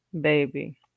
baby